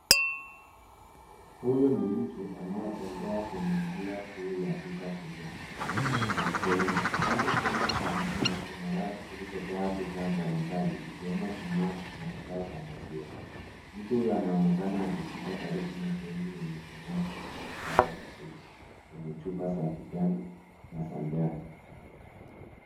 Huyo ni mtu anayetembea kwenye njia kuu ya duka kubwa. Upande zote za njia kuna rafu zilizojaa bidhaa mbalimbali ikiwemo vinyuaji na bidhaa za maziwa. Mtu huyu anaonekana akipita karibu na sehemu yenye vinywaji vilivyopangwa vizuri kwenye chupa za kijani na za njano.